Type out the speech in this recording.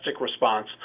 response